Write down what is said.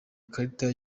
ikarita